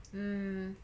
mm